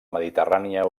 mediterrània